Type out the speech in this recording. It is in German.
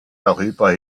darüber